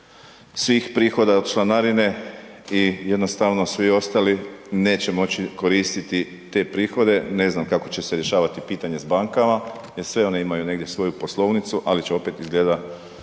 svih prihoda od članarine i jednostavno svi ostali neće moći koristiti te prihode, ne znam kako će se rješavati pitanje s bankama, jer sve one imaju negdje svoju poslovnicu, ali će opet izgleda